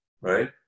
right